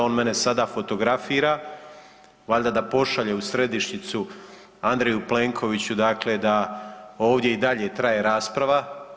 On mene sada fotografira, valjda da pošalje u središnjicu Andreju Plenkoviću, dakle da ovdje i dalje traje rasprava.